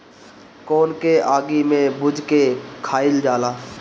कोन के आगि में भुज के खाइल जाला